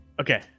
okay